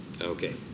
okay